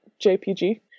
jpg